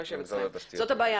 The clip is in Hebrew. זאת הבעיה.